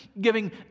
giving